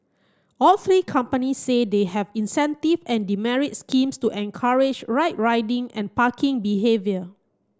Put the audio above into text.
all three companies say they have incentive and demerit schemes to encourage right riding and parking behaviour